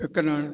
विकिणणु